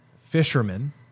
fishermen